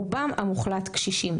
רובם המוחלט קשישים.